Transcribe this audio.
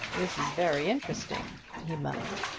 this is very interesting, he murmured.